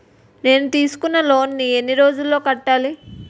నేను తీసుకున్న లోన్ నీ ఎన్ని రోజుల్లో కట్టాలి?